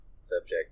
subject